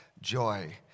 joy